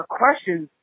questions